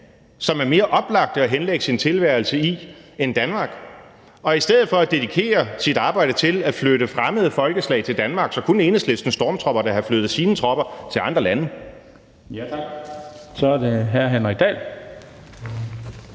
som er mere oplagte at henlægge sin tilværelse til end Danmark, og i stedet for at dedikere sit arbejde til at flytte fremmede folkeslag til Danmark så kunne Enhedslistens stormtropper da have flyttet sine tropper til andre lande.